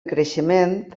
creixement